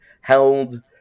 held